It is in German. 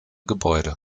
gebäude